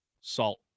Salt